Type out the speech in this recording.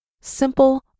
simple